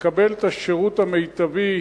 לקבל את השירות המיטבי,